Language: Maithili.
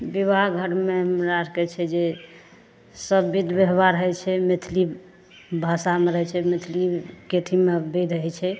बिबाह घरमे हमरा आरके छै जे सब बिध बेहबार हइ छै मैथली भाषामे रहै छै मैथिलीमे कैथीमे बिध होइत छै